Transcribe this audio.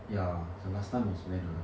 ya the last time was when ah